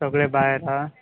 सगळें भायर आहा